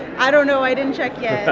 i don't know. i didn't check yeah